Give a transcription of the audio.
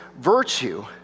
virtue—